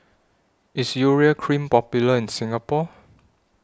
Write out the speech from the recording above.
IS Urea Cream Popular in Singapore